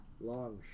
long